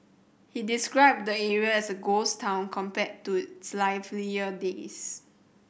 he described the area as a ghost town compared to its livelier days